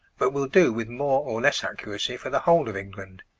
but will do with more or less accuracy for the whole of england.